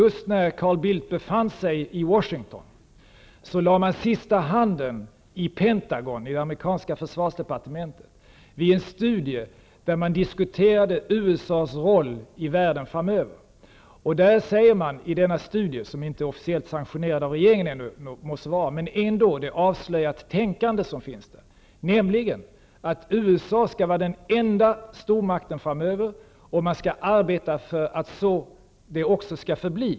Just när Carl Bildt befann sig i Washington lade man i Pentagon, det amerikanska försvarsdepartementet, sista handen vid en studie där man diskuterade USA:s roll i världen framöver. I denna studie -- låt vara att den ännu inte är officiellt sanktionerad av regeringen, men det avslöjar ändå det tänkande som finns -- sägs att USA är den enda stormakten framöver, och att man skall arbeta för att det så skall förbli.